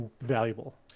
valuable